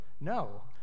no